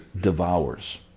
devours